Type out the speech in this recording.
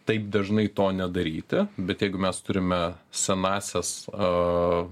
taip dažnai to nedaryti bet jeigu mes turime senąsias a